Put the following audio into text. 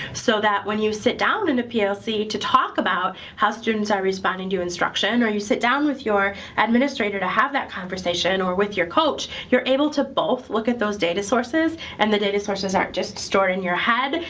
so that, when you sit down in a ah plc to talk about how students are responding to instruction, or you sit down with your administrator to have that conversation, or with your coach, you're able to both look at those data sources. and the data sources aren't just stored in your head.